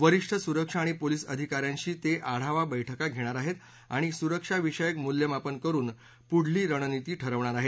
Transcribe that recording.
वरिष्ठ सुरक्षा आणि पोलिस अधिकाऱ्यांशी ते आढावा बैठका घेणार आहेत आणि सुरक्षाविषयक मूल्यमापन करून पुढली रणनीती ठरवणार आहेत